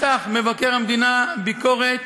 מתח מבקר המדינה ביקורת